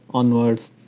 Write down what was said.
onwards,